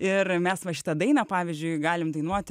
ir mes va šitą dainą pavyzdžiui galim dainuoti